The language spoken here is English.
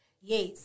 Yes